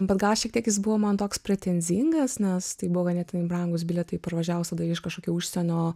bet gal šiek tiek jis buvo man toks pretenzingas nes tai buvo ganėtinai brangūs bilietai parvažiavus iš kažkokio užsienio